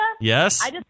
Yes